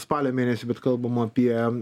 spalio mėnesį bet kalbam apie